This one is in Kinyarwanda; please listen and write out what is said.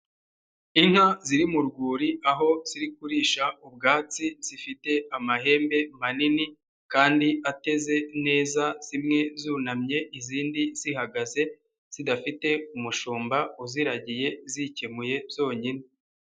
Inka ziri mu rwuri aho ziri kurisha ubwatsi zifite amahembe manini kandi ateze neza zimwe zunamye izindi zihagaze zidafite umushumba uziragiye zikemuye zonyine.